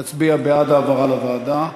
נצביע בעד ההעברה לוועדה.